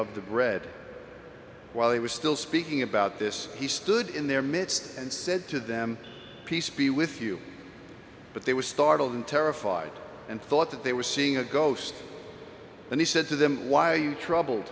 of the bread while he was still speaking about this he stood in their midst and said to them peace be with you but they were startled and terrified and thought that they were seeing a ghost and he said to them why you trouble